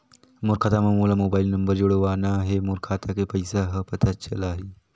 मोर खाता मां मोला मोबाइल नंबर जोड़वाना हे मोर खाता के पइसा ह पता चलाही?